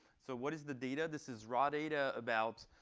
so what is the data? this is raw data about